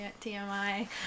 TMI